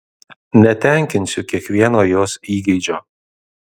netenkinsiu kiekvieno jos įgeidžio